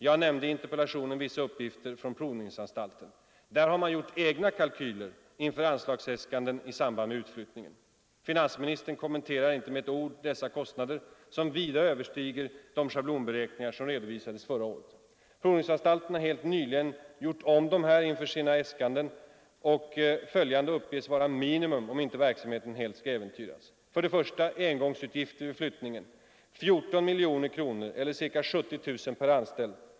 Jag omnämnde i interpellationen vissa uppgifter från statens provningsanstalt. Där har man gjort egna kalkyler inför anslagsäskandena i samband med utflyttningen. Finansministern kommenterar inte med ett ord dessa kostnader, som vida överstiger de schablonberäkningar som redovisades förra året. Provningsanstalten har helt nyligen gjort om dessa beräkningar inför sina äskanden för kommande budgetår, och följande uppges vara minimum om inte verksamheten helt skall äventyras: 1. Engångsutgifter vid flyttningen: 14 miljoner kronor eller ca 70 000 kronor per anställd.